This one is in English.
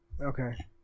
Okay